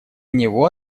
него